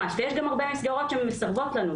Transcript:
יש גם הרבה מסגרות שמסרבות לנו,